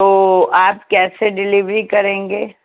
تو آپ کیسے ڈلیوری کریں گے